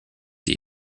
die